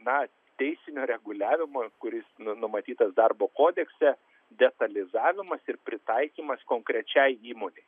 na teisinio reguliavimo kuris nu numatytas darbo kodekse detalizavimas ir pritaikymas konkrečiai įmonei